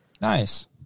Nice